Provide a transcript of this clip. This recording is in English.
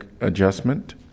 adjustment